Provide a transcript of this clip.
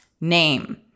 name